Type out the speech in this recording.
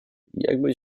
jakby